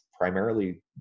primarily